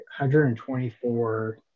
124